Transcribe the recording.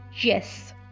Yes